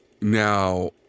Now